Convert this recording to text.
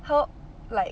her like